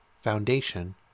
foundation